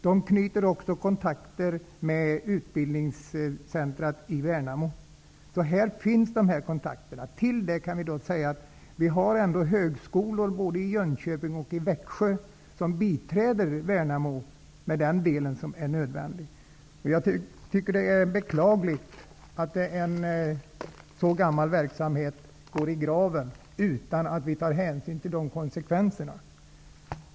Man knyter också kontakter med utbildningscentret i Värnamo. Här finns alltså de kontakterna. Till det kan läggas att vi ändå både i Jönköping och i Växjö har högskolor som biträder Värnamo med det som är nödvändigt. Jag tycker att det är beklagligt att en så gammal verksamhet går i graven utan att vi tar hänsyn till konsekvenserna.